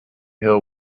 hill